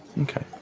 Okay